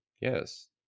yes